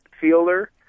Fielder